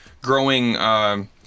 growing